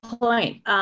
point